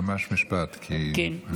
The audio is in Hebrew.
ממש משפט, כי אנשים מחכים.